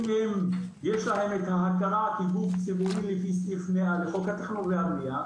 אם הם יש להם את ההכרה כגוף ציבורי לפי סעיף 100 לחוק התכנון הבנייה,